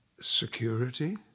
Security